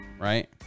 right